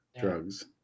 drugs